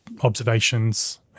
observations